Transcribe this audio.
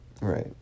Right